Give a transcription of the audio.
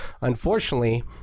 unfortunately